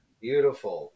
Beautiful